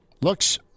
Looks